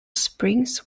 springs